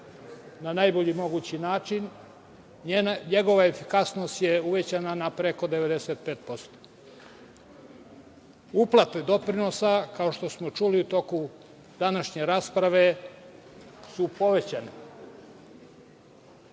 na najbolji mogući način. NJegova efikasnost je uvećana na preko 95%. Uplate doprinosa, kao što smo čuli u toku današnje rasprave, su povećane.